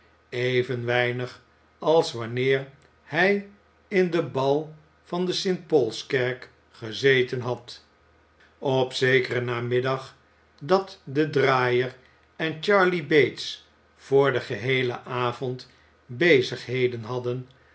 even weinig als wanneer hij in den bal van de st paulskerk gezeten had op zekeren namiddag dat de draaier en charley bates voor den geheelen avond bezigheden hadden